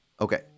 Okay